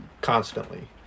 constantly